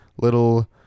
little